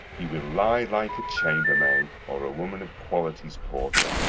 he will lie like a chambermaid, or a woman of quality's porter.